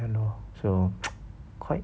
ya lor so quite